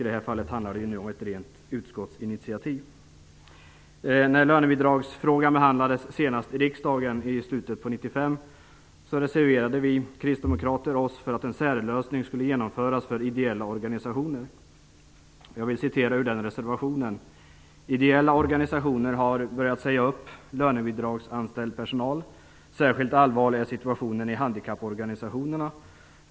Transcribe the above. I det här fallet handlar det om ett rent utskottsinitiativ. När lönebidragsfrågan senast behandlades i riksdagen i slutet av 1995 reserverade vi kristdemokrater oss för att en särlösning skulle genomföras för ideella organisationer. Jag vill citera ur vår reservation: "Ideella organisationer har börjat säga upp lönebidragsanställd personal. Särskilt allvarlig är situationen i handikapporganisationerna.